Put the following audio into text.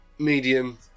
medium